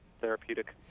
therapeutic